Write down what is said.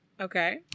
Okay